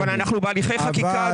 אבל אנחנו בהליכי חקיקה.